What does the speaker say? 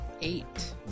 Eight